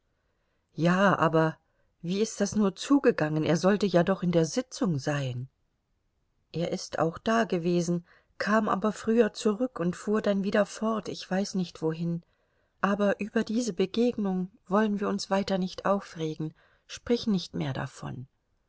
ja aber wie ist das nur zugegangen er sollte ja doch in der sitzung sein er ist auch dagewesen kam aber früher zurück und fuhr dann wieder fort ich weiß nicht wohin aber über diese begegnung wollen wir uns weiter nicht aufregen sprich nicht mehr davon